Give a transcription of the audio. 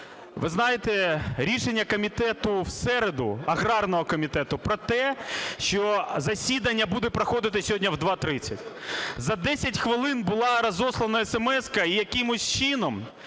Ви знаєте, рішення комітету в середу, аграрного комітету, про те, що засідання буде проходити сьогодні в 2:30, за 10 хвилин була розіслана есемеска, і якимось чином